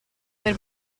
per